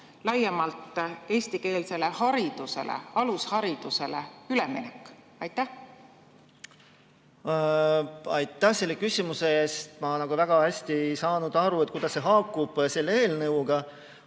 laiemalt eestikeelsele haridusele, alusharidusele üleminek? Aitäh selle küsimuse eest! Ma väga hästi ei saanud aru, kuidas see haakub selle eelnõuga.